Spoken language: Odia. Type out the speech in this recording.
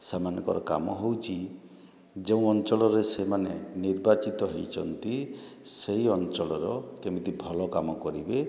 ସେମାନଙ୍କର କାମ ହଉଛି ଯେଉଁ ଅଞ୍ଚଳରେ ସେମାନେ ନିର୍ବାଚିତ ହେଇଛନ୍ତି ସେହି ଅଞ୍ଚଲର କେମିତି ଭଲ କାମ କରିବେ